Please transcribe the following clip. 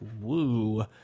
woo